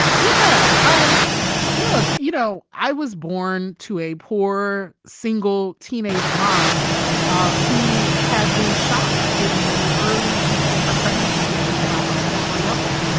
yeah. um look. you know, i was born to a poor, single, teenage mom ah who had been shot in the early weeks of her pregnancy with me by a former lover.